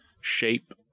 shape